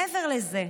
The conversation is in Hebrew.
מעבר לזה,